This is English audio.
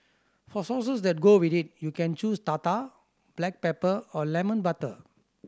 for sauces that go with it you can choose tartar black pepper or lemon butter